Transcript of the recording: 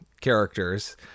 characters